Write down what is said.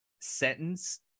sentence